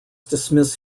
dismiss